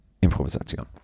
Improvisation